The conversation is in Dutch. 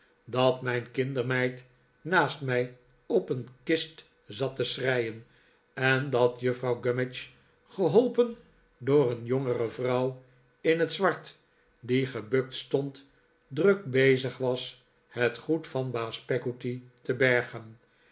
dat mijn kindermeid naast mij op een kist zat te schreien en dat juffrouw gummidge geholpen door een jongere vrouw in het zwart die gebukt stond druk bezig was het goed van baas peggotty te bergen